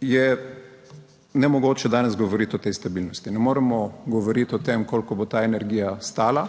je nemogoče danes govoriti o tej stabilnosti. Ne moremo govoriti o tem, koliko bo ta energija stala,